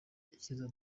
icyiza